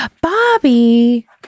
Bobby